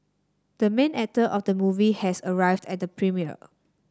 the main actor of the movie has arrived at the premiere